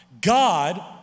God